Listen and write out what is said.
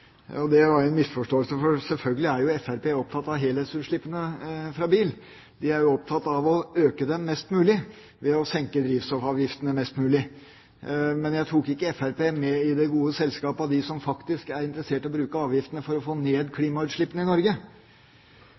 bil. Det var en misforståelse, for selvfølgelig er Fremskrittspartiet opptatt av utslippene fra bil. De er jo opptatt av å øke dem mest mulig ved å senke drivstoffavgiftene mest mulig. Men jeg tok ikke Fremskrittspartiet med i det gode selskap av dem som faktisk er interessert i å bruke avgiftene for å få ned klimagassutslippene i Norge.